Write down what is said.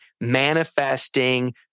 manifesting